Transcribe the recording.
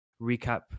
recap